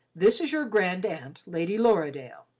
this is your grand-aunt, and lady lorridaile.